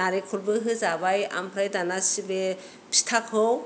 नालेंखरबो होजाबाय ओमफ्राय दाना सिबिं फिथाखौ